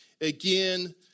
Again